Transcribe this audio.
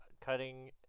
Cutting